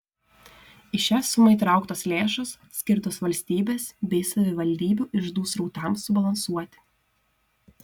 į šią sumą įtrauktos lėšos skirtos valstybės bei savivaldybių iždų srautams subalansuoti